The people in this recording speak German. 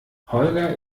holger